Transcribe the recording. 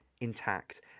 intact